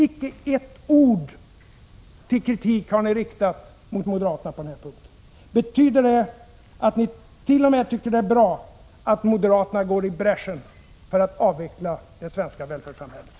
Icke ett ord till kritik har ni riktat mot moderaterna på den här punkten. Betyder det att nit.o.m. tycker att det är bra att moderaterna går i bräschen för att avveckla det svenska välfärdssamhället?